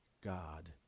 God